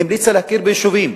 המליצה להכיר ביישובים,